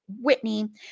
Whitney